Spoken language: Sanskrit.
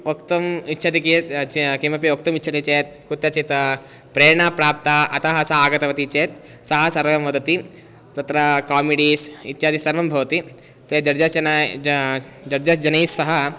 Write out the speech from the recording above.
वक्तुम् इच्छति कियत् किमपि वक्तुमिच्छति चेत् कुत्रचित् प्रेरणा प्राप्ता अतः सा आगतवती चेत् सा सर्वं वदति तत्र कामेडीस् इत्यादि सर्वं भवति ते जड्जस् जनाः जड्जस् जनैः सह